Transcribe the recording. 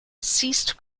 ceased